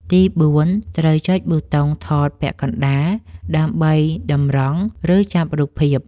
ទី4 ត្រូវចុចប៊ូតុងថតពាក់កណ្តាលដើម្បីតម្រង់ ឬចាប់រូបភាព។